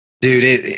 dude